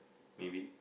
maybe